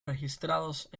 registrados